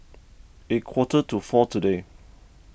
a quarter to four today